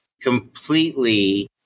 completely